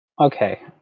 okay